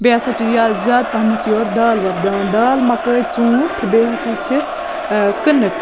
بیٚیہِ ہَسا چھِ یا زیادٕ پَہمَتھ یورٕ دال وۄپداوان دال مَکٲے ژوٗںٛٹھۍ بیٚیہِ ہَسا چھِ کٕنک